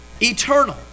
eternal